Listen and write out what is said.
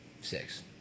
six